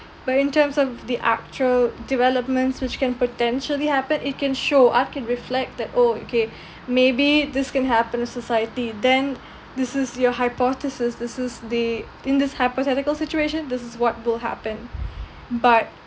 but in terms of the actual developments which can potentially happen it can show art can reflect that oh okay maybe this can happen to society then this is your hypothesis this is the in this hypothetical situation this is what will happen but